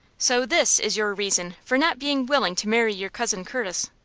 so this is your reason for not being willing to marry your cousin curtis?